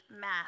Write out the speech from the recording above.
math